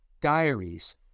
diaries